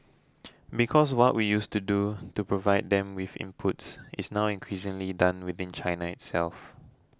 because what we used to do to provide them with inputs is now increasingly done within China itself